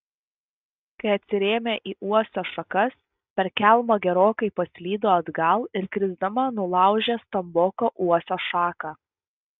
kai atsirėmė į uosio šakas per kelmą gerokai paslydo atgal ir krisdama nulaužė stamboką uosio šaką